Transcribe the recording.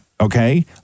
okay